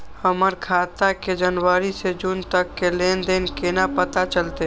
हमर खाता के जनवरी से जून तक के लेन देन केना पता चलते?